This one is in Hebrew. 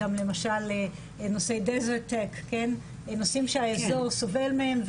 נושאים שהאזור סובל מהם,